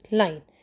line